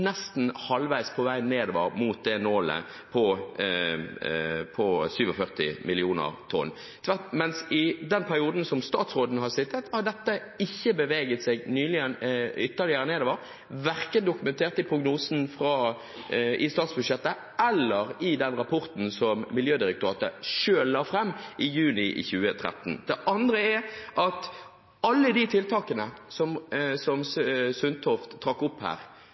I den perioden statsråden har sittet, har dette ikke beveget seg ytterligere nedover, verken dokumentert i prognosen i statsbudsjettet eller i den rapporten som Miljødirektoratet selv la fram i juni 2013. Det andre er at alle de tiltakene som Sundtoft her trakk opp